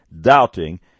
doubting